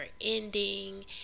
ending